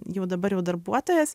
jau dabar jau darbuotojas